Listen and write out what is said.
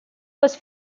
was